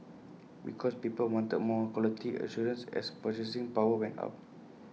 because people wanted more quality assurance as purchasing power went up